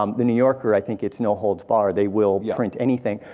um the new yorker, i think it's no holds barred, they will print anything,